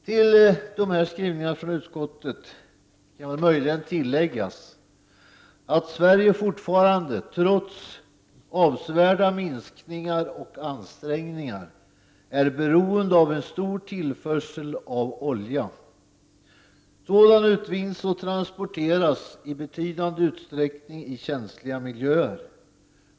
Till utskottets skrivning kan väl möjligen tilläggas att Sverige fortfarande — trots avsevärda minskningar och ansträngningar — är beroende av en stor tillförsel av olja. Sådan utvinns och transporteras i betydande utsträckning i känsliga miljöer.